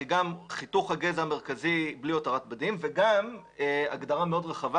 היא גם חיתוך הגזע המרכזי וגם הגדרה מאוד רחבה